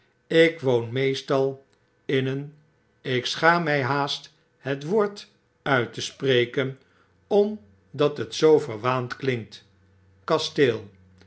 ik woon meestal in een ik schaam mij haast het woord uit te spreken omdat het zoo verwaand klinkt kasteel